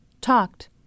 talked